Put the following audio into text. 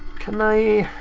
can i.